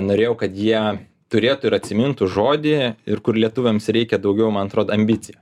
norėjau kad jie turėtų ir atsimintų žodį ir kur lietuviams reikia daugiau man atrodo ambicija